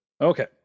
okay